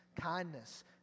kindness